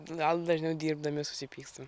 gal dažniau dirbdami susipykstam